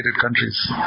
countries